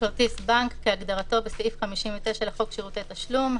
""כרטיס בנק" כהגדרתו בסעיף 59 לחוק שירותי תשלום,